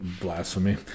blasphemy